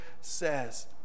says